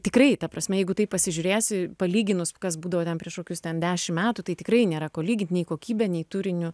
tikrai ta prasme jeigu taip pasižiūrėsi palyginus kas būdavo ten prieš kokius ten dešim metų tai tikrai nėra ko lygint nei kokybe nei turiniu